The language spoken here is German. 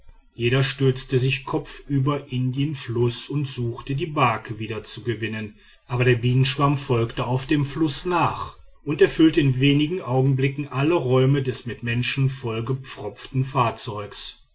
jeder stürzte sich kopfüber in den fluß und suchte die barke wieder zu gewinnen aber der bienenschwarm folgte auf den fluß nach und erfüllte in wenigen augenblicken alle räume des mit menschen vollgepfropften fahrzeugs